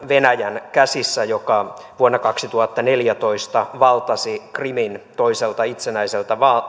ovat venäjän käsissä joka vuonna kaksituhattaneljätoista valtasi krimin toiselta itsenäiseltä